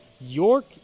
York